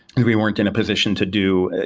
we weren't in a position to do,